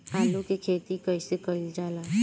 आलू की खेती कइसे कइल जाला?